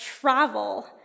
travel